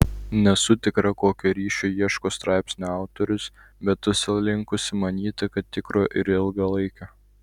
nesu tikra kokio ryšio ieško straipsnio autorius bet esu linkusi manyti kad tikro ir ilgalaikio